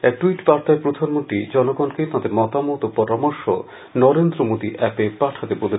এক ট্যুইট বার্তায় প্রধানমন্ত্রী জনগণকে তাদের মতামত ও পরামর্শ নরেন্দ্র মোদী এপে পাঠাতে বলেছেন